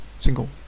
Single